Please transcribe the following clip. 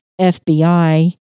FBI